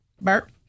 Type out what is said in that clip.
Bert